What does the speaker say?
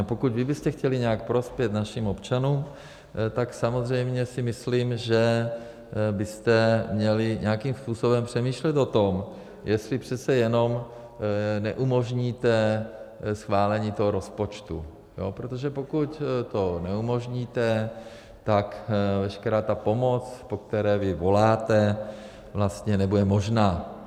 Pokud vy byste chtěli nějak prospět našim občanům, tak samozřejmě si myslím, že byste měli nějakým způsobem přemýšlet o tom, jestli přece jenom neumožníte schválení toho rozpočtu, protože pokud to neumožníte, tak veškerá ta pomoc, po které vy voláte, vlastně nebude možná.